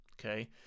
okay